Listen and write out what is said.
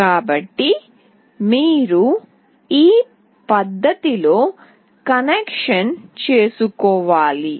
కాబట్టి మీరు ఈ పద్ధతిలో కనెక్షన్ చేసుకోవాలి